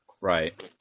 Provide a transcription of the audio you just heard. Right